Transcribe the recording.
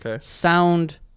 sound